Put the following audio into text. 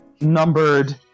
numbered